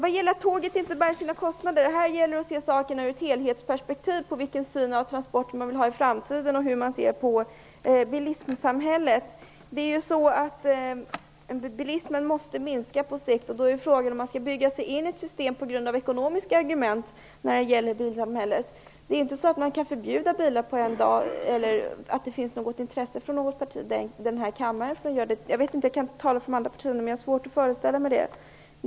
Så till detta att tågen inte bär sina kostnader. Det gäller att se sakerna ur ett helhetsperspektiv och att välja vilken syn man vill ha på transporter i framtiden och på bilismsamhället. Bilismen måste minska på sikt. Frågan är om man skall bygga in sig i ett system på grund av ekonomiska argument när det gäller bilsamhället. Det är ju inte så att man kan förbjuda bilar över en dag eller att det finns något intresse för det från något parti i den här kammaren. Jag kan inte tala för de andra partierna, men jag har svårt att föreställa mig det.